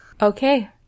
Okay